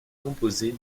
composée